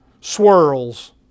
swirls